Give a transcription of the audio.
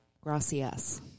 Gracias